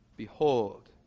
Behold